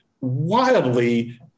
wildly